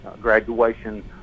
graduation